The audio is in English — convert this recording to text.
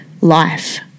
life